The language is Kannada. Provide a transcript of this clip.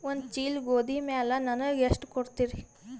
ಒಂದ ಚೀಲ ಗೋಧಿ ಮ್ಯಾಲ ನನಗ ಎಷ್ಟ ಕೊಡತೀರಿ?